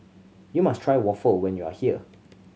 you must try waffle when you are here